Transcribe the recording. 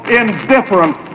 indifferent